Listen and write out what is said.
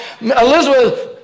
Elizabeth